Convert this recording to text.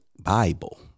Bible